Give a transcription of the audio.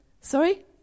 Sorry